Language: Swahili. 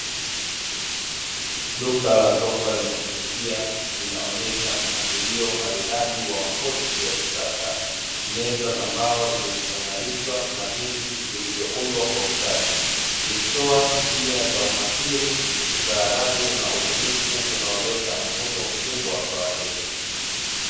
Duka la sofa lenye kuvutia, linaonyesha mpangilio maridadi wa makochi ya kisasa, meza za mbao zilizong'arishwa na viti vilivyoundwa kwa ustadi. likitoa hisia za umahiri, ustaarabu na ubunifu unaoleta mvuto mkubwa kwa wateja.